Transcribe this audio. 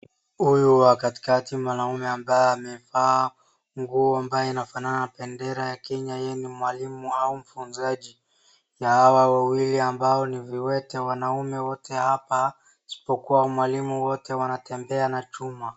Huyu wa katikati mwanaume ambaye amevaa nguo ambayo inafanana na bendera ya Kenya yeye ni mwalimu au mfunzaji ya hawa wawili ambao ni viwete wanaume wote hapa isipokuwa mwalimu wote wanatembea na chuma.